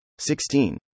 16